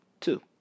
two